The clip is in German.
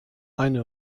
eine